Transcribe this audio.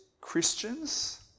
Christians